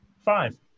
Five